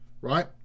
right